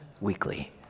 weekly